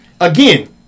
Again